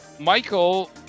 Michael